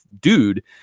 dude